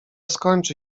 skończy